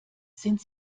sind